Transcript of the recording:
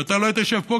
ואתה לא היית יושב פה,